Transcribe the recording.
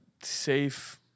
safe